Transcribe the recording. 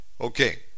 Okay